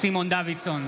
סימון דוידסון,